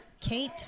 Kate